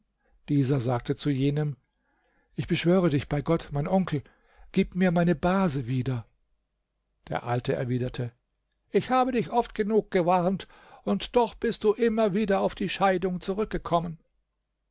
dieser sagte zu jenem ich beschwöre dich bei gott mein onkel gib mir meine base wieder der alte erwiderte ich habe dich oft genug gewarnt und doch bist du immer wieder auf die scheidung zurückgekommen